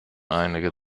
einige